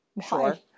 Sure